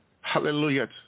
Hallelujah